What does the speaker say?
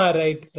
right